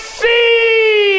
see